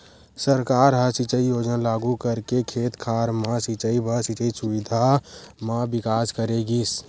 सरकार ह सिंचई योजना लागू करके खेत खार म सिंचई बर सिंचई सुबिधा म बिकास करे गिस